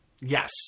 yes